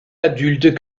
adultes